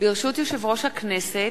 ברשות יושב-ראש הכנסת,